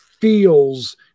feels